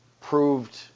proved